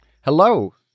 Hello